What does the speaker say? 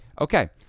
Okay